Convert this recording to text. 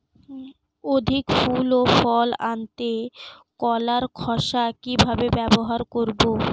অধিক ফুল ও ফল আনতে কলার খোসা কিভাবে ব্যবহার করব?